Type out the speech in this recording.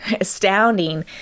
astounding